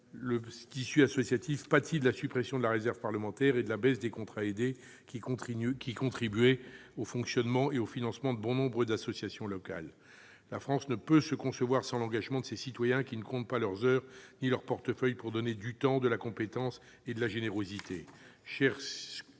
le tissu associatif pâtit de la suppression de la réserve parlementaire et de la baisse du nombre de contrats aidés, qui ont dégradé les conditions de fonctionnement et de financement de bon nombre d'associations locales. La France ne peut se concevoir sans l'engagement de ces citoyens, qui ne comptent pas leurs heures ni dans leur portefeuille pour donner du temps, de la compétence et faire preuve de générosité.